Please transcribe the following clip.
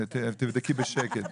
תבדקי בשקט.